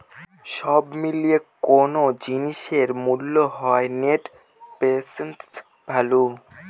সব মিলিয়ে কোনো জিনিসের মূল্য হল নেট প্রেসেন্ট ভ্যালু